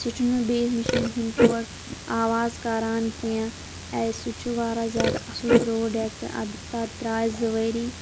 سُہ چھُ نہٕ بیٚیہِ مِشیٖنہِ ہِنٛدۍ پٲٹھۍ آواز کَران کیٚنٛہہ آے سُہ چھُ واریاہ زیادٕ اصُل پرٛوڈٮ۪کٹ ادٕ تتھ درٛاے زٕ ؤری